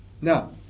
Now